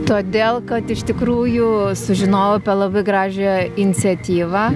todėl kad iš tikrųjų sužinojau apie labai gražią iniciatyvą